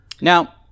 now